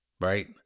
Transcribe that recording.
Right